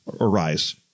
arise